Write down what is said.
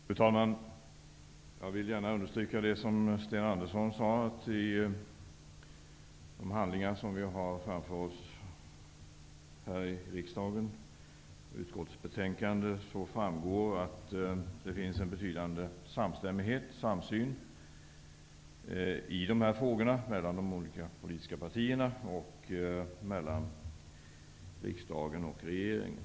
Fru talman! Jag vill gärna understryka vad Sten Andersson sade. Av de handlingar som vi har framför oss här i riksdagen, bl.a. utskottsbetänkanden, framgår att det finns en betydande samsyn i dessa frågor mellan de olika politiska partierna och mellan riksdagen och regeringen.